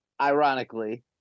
ironically